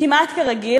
כמעט כרגיל.